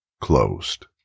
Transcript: closed